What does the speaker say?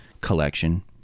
collection